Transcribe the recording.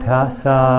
Tassa